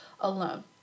alone